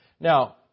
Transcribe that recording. Now